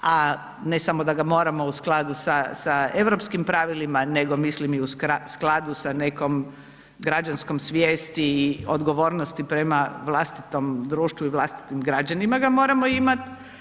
A ne samo da ga moramo u skladu sa europskim pravilima, nego mislim i u skladu sa nekom građanskom svijesti i odgovornosti prema vlastitom društvu i vlastitim građanima ga moramo imati.